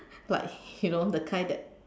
like you know the kind that